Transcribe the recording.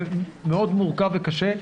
זה מאוד מורכב וקשה.